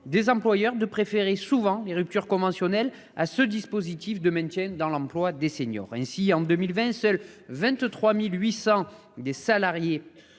des employeurs de souvent préférer les ruptures conventionnelles à ce dispositif de maintien dans l'emploi des seniors. Ainsi, en 2020, seuls 23 800 salariés